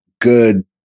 good